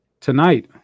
tonight